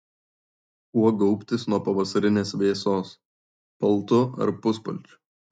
kuo gaubtis nuo pavasarinės vėsos paltu ar puspalčiu